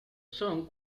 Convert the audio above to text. song